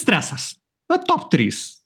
stresas vat top trys